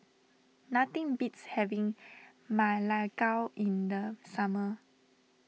nothing beats having Ma Lai Gao in the summer